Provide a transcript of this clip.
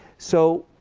so